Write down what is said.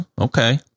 okay